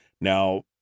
Now